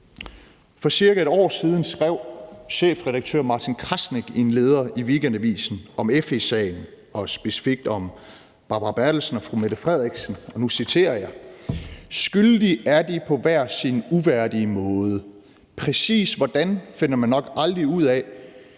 For cirka et år siden skrev chefredaktør Martin Krasnik i en leder i Weekendavisen om FE-sagen og specifikt om Barbara Bertelsen og fru Mette Frederiksen, og nu citerer jeg: »Skyldig er de på hver sin uværdige måde. Præcis hvordan finder man nok aldrig ud af,